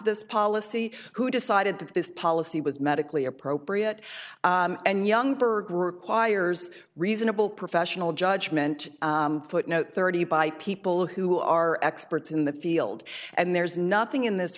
this policy who decided that this policy was medically appropriate and young burger requires reasonable professional judgment footnote thirty by people who are experts in the field and there's nothing in this